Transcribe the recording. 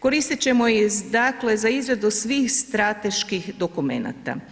Koristiti ćemo ih dakle za izradu svih strateških dokumenata.